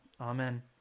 Amen